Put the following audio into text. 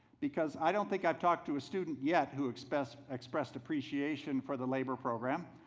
because i don't think i've talked to a student yet who expressed expressed appreciation for the labor program,